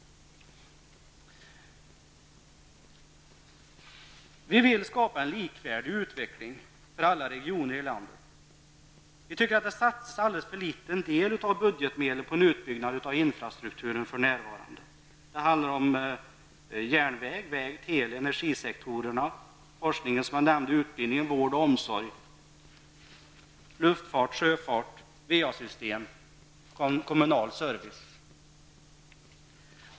Vi vill skapa en likvärdig utveckling för alla regioner i landet. Det satsas enligt vår mening en alldeles för liten del av budgetmedlen på en utbyggnad av infrastrukturen för närvarande. Det handlar om järnväg, väg, telenät, energisektorer, forskning, utbildning, vård och omsorg. Inte heller satsas det tillräckligt på luftfart, sjöfart, VA-system och kommunal service.